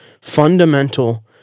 fundamental